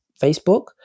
Facebook